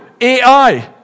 AI